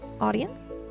audience